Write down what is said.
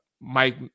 Mike